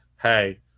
hey